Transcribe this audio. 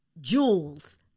jewels